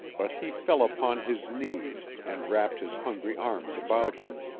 but he fell upon his knees and wrapped his hungry arms about her.